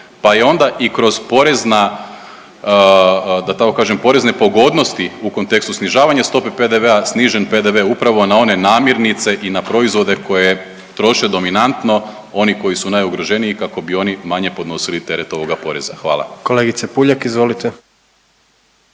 da tako kažem porezne pogodnosti u kontekstu snižavanja stope PDV-a snižen PDV upravo na one namirnice i na proizvode koje troše dominantno oni koji su najugroženiji kako bi oni manje podnosili teret ovoga poreza. Hvala. **Jandroković,